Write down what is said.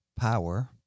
power